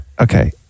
Okay